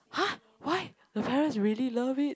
!huh! why the parents really love it